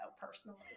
personally